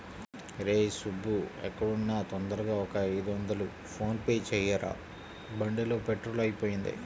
రేయ్ సుబ్బూ ఎక్కడున్నా తొందరగా ఒక ఐదొందలు ఫోన్ పే చెయ్యరా, బండిలో పెట్రోలు అయిపొయింది